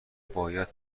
باید